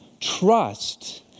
Trust